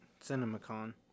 CinemaCon